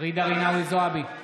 ג'ידא רינאוי זועבי,